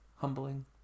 humbling